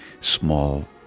small